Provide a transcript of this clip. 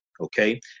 okay